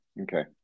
okay